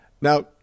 Now